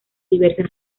diversas